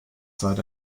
zeit